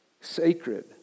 sacred